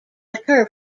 occur